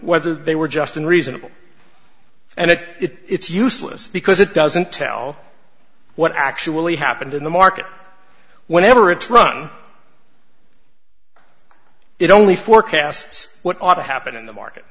whether they were just and reasonable and it it's useless because it doesn't tell what actually happened in the market whenever it's run it only forecasts what ought to happen in the market